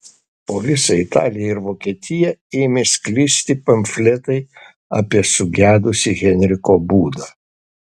po visą italiją ir vokietiją ėmė sklisti pamfletai apie sugedusį henriko būdą